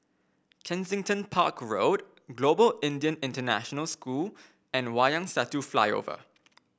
Kensington Park Road Global Indian International School and Wayang Satu Flyover